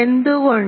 എന്തുകൊണ്ട്